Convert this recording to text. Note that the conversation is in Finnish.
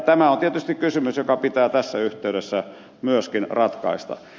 tämä on tietysti kysymys joka pitää tässä yhteydessä myöskin ratkaista